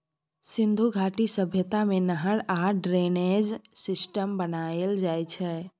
सिन्धु घाटी सभ्यता मे नहर आ ड्रेनेज सिस्टम बनाएल जाइ छै